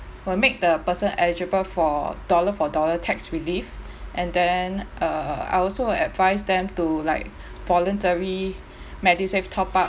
will make the person eligible for dollar for dollar tax relief and then uh I also will advise them to like voluntary MediSave top up